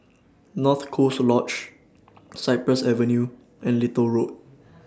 North Coast Lodge Cypress Avenue and Little Road